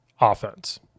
offense